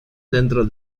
dentro